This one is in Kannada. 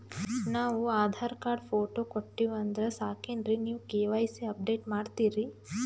ನಾವು ಆಧಾರ ಕಾರ್ಡ, ಫೋಟೊ ಕೊಟ್ಟೀವಂದ್ರ ಸಾಕೇನ್ರಿ ನೀವ ಕೆ.ವೈ.ಸಿ ಅಪಡೇಟ ಮಾಡ್ತೀರಿ?